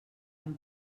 han